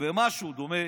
או במשהו דומה,